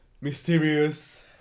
Mysterious